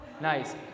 Nice